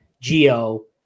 Geo